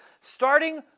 Starting